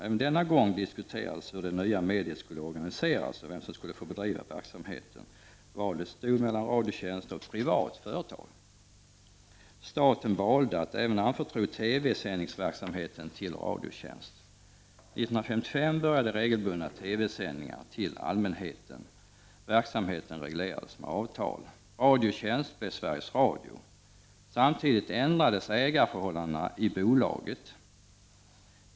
Även denna gång diskuerades hur det nya mediet skulle organiseras och vem som skulle få bedriva verksamheten. Valet stod mellan Radiotjänst och ett privat företag. Staten valde att även anförtro TV-sändningsverksamheten till Radiotjänst. År 1955 började regelbundna TV-sändningar till allmänheten. Verksamheten reglerades med avtal. Radiotjänst blev Sveriges Radio. Samtidigt ändrades ägarförhållandena i bolaget.